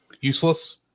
Useless